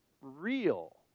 real